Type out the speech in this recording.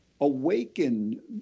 awaken